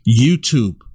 YouTube